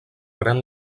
pren